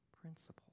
principle